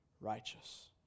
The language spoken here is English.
righteous